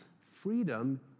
Freedom